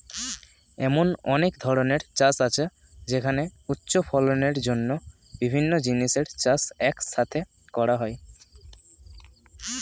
এমন এক ধরনের চাষ আছে যেখানে উচ্চ ফলনের জন্য বিভিন্ন জিনিসের চাষ এক সাথে করা হয়